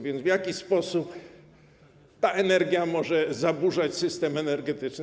Więc w jaki sposób ta energia może zaburzać system energetyczny?